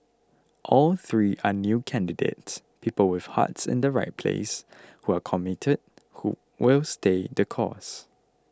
all three are new candidates people with hearts in the right place who are committed who will stay the course